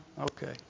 Okay